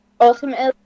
ultimately